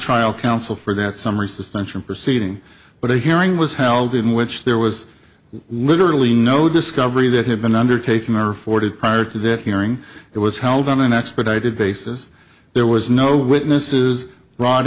trial counsel for that summary suspension proceeding but a hearing was held in which there was literally no discovery that had been undertaken or forded prior to that hearing it was held on an expedited basis there was no witnesses brought